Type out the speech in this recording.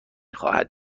خواهد